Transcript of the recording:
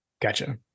Gotcha